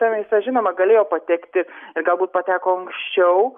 ta mėsa žinoma galėjo patekti galbūt pateko anksčiau